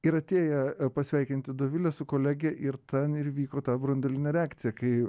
ir atėję pasveikinti dovilę su kolege ir ten ir įvyko ta branduolinė reakcija kai